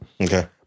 Okay